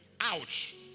Ouch